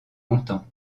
longtemps